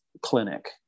clinic